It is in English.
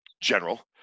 general